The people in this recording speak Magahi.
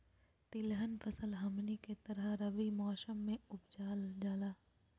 तिलहन फसल हमनी के तरफ रबी मौसम में उपजाल जाला